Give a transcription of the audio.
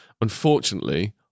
Unfortunately